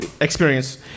Experience